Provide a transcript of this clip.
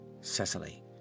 Cecily